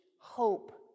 hope